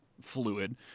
fluid